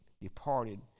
departed